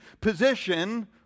position